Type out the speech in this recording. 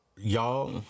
Y'all